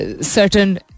certain